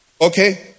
okay